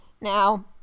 now